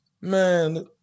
man